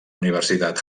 universitat